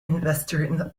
investor